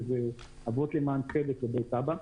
שזה אבות למען צדק ובית אבא,